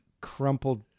crumpled